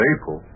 April